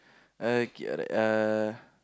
okay alright uh